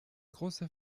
große